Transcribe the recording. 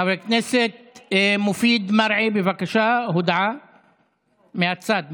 חבר הכנסת מופיד מרעי, בבקשה, הודעה מהצד.